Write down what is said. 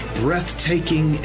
breathtaking